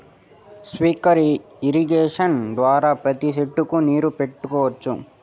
sprinkler irrigation ద్వారా ప్రతి సెట్టుకు నీరు పెట్టొచ్చు